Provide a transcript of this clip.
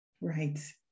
Right